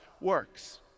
works